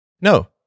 No